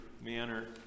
manner